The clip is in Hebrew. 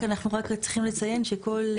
רק אנחנו צריכים לציין שכל,